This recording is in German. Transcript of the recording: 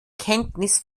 kenntnis